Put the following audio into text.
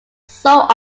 sold